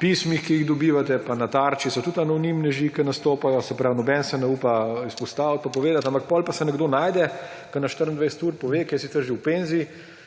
pismih, ki jih dobivate, pa na Tarči so tudi anonimneži, ki nastopajo, se pravi, nobeden se ne upa izpostaviti pa povedati. Ampak potem pa se nekdo najde, ki na 24ur pove, je sicer že v penziji,